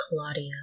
Claudia